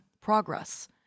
progress